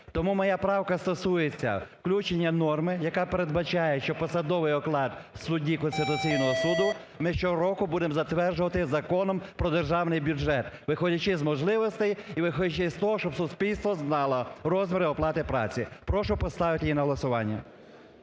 Тому моя правка стосується включення норми, яка передбачає, що посадовий оклад судді Конституційного Суду ми щороку будемо затверджувати Законом "Про Державний бюджет", виходячи з можливостей і виходячи з того, щоб суспільство знало розміри оплати праці. Прошу поставити її на голосування.